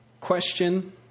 question